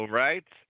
right